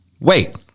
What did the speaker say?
wait